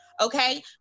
Okay